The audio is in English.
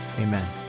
amen